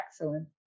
excellent